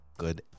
Good